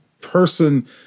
person